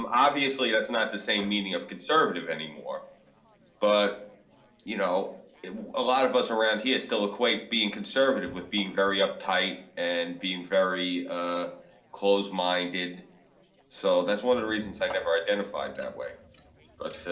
um obviously that's not the same meaning of conservative anymore but you know a lot of us around here still equate being conservative with being very uptight and being very close-minded so that's one of the reasons. i've never identified that way but